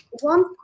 One